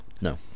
no